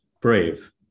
brave